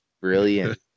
brilliant